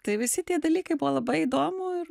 tai visi tie dalykai buvo labai įdomu ir